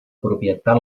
propietat